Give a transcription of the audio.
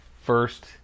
first